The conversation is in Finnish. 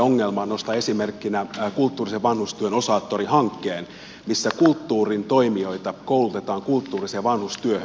nostan esimerkiksi kulttuurisen vanhustyön osaattori hankkeen missä kulttuurin toimijoita koulutetaan kulttuuriseen vanhustyöhön